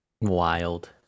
Wild